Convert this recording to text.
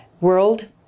world